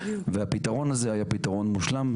והפתרון הזה היה פתרון מושלם.